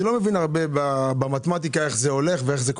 אני לא מבין איך זה קורה,